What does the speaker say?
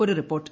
ഒരു റിപ്പോർട്ട്